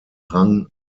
rang